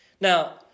Now